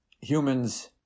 Humans